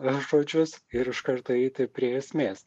žodžius ir iš karto eiti prie esmės